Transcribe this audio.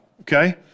okay